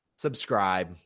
Subscribe